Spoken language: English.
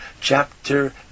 chapter